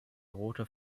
rote